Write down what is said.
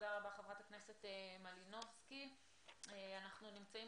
אנחנו נמצאים